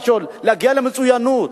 להגיע למצוינות?